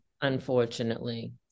Unfortunately